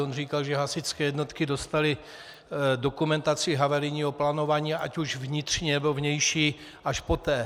On říkal, že hasičské jednotky dostaly dokumentaci havarijního plánování, ať už vnitřní, nebo vnější, až poté.